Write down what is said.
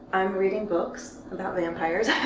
i'm reading books about vampires.